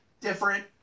different